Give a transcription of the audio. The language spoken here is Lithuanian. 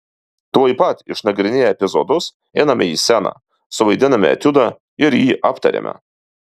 tuoj pat išnagrinėję epizodus einame į sceną suvaidiname etiudą ir jį aptariame